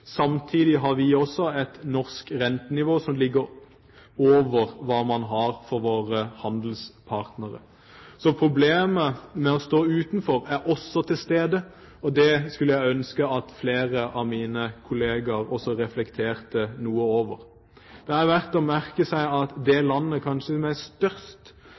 Samtidig har vi et norsk rentenivå som ligger over det våre handelspartnere har. Så problemet med å stå utenfor er også til stede, og det skulle jeg ønske at flere av mine kolleger også reflekterte noe over. Det er verdt å merke seg at det landet med kanskje